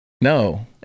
No